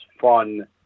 fun